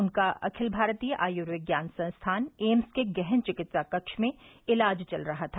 उनका अखिल भारतीय आयुर्विज्ञान संस्थान एम्स के गहन चिकित्सा कक्ष में इलाज चल रहा था